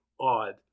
odd